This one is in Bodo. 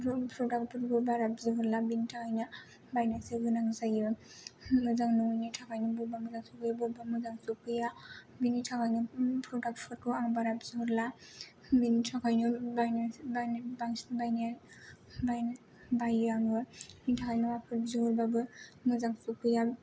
प्रडाक्टफोरखौ बारा बिहरला बिनि थाखायनो बायनोसो गोनां जायो मोजां नङैनि थाखायनो बबेबा मोजां सफैयो बबेबा मोजां सफैया बिनि थाखायनो प्रडाक्टफोरखौ आं बारा बिहरला बिनि थखायनो बांसिन बायनायानो बायनो बायो आङो बिनि थाखायनो बिहरबाबो मोजां सफैया